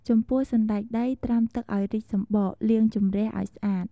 ចំពោះសណ្ដែកដីត្រាំទឹកឱ្យរីកសម្បក លាងជម្រះឱ្យស្អាត។